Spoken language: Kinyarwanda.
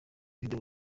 video